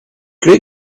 great